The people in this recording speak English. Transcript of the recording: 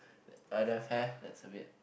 I don't have hair that's a bit